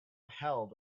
held